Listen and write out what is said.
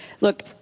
Look